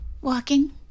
walking